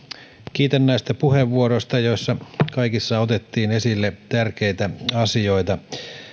kiitän näistä puheenvuoroista joissa kaikissa otettiin esille tärkeitä asioita